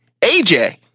AJ